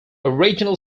original